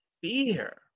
fear